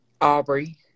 Aubrey